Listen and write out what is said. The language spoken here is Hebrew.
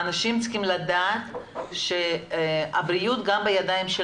האנשים צריכים לדעת שהבריאות היא גם בידיהם.